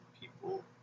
people